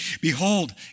behold